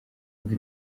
umva